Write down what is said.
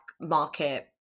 market